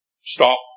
Stop